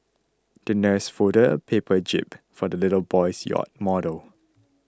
the nurse folded a paper jib for the little boy's yacht model